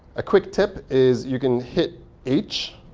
a quick tip is you can hit h